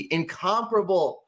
incomparable